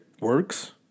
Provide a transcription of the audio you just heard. works